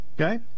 Okay